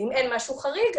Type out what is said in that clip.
אם אין משהו חריג,